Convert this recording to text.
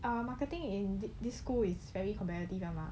err marketing in this school is very competitive liao mah